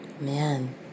Man